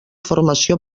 formació